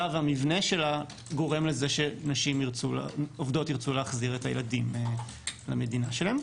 והמבנה שלה גורם לכך שעובדות ירצו להחזיר את הילדים למדינה שלהן.